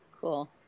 Cool